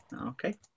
Okay